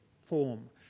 form